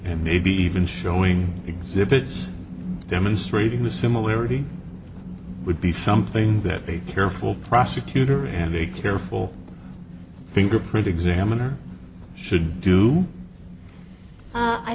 and maybe even showing exhibits demonstrating the similarity would be something that the careful prosecutor and a careful fingerprint examiner should do